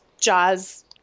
jaws